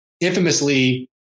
infamously